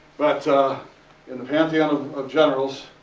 but in the pantheon of generals,